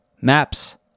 maps